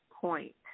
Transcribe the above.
point